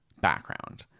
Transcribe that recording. background